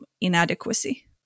inadequacy